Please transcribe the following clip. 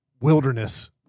wilderness